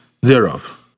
thereof